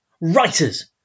writers